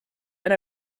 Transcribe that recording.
and